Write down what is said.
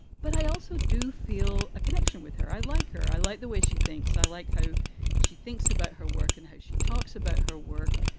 but i also do feel a connection with her. i like her. i like the way she thinks. i like how she thinks about her work and how she talks about her work.